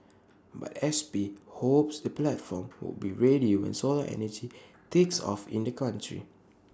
but S P hopes the platform would be ready when solar energy takes off in the country